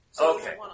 Okay